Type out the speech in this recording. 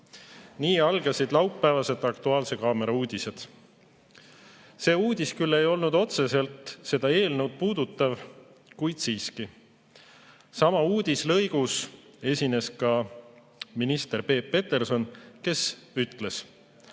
Nii algasid laupäevased "Aktuaalse kaamera" uudised. See uudis ei olnud küll otseselt seda eelnõu puudutav, kuid siiski. Samas uudislõigus esines ka minister Peep Peterson, kes ütles: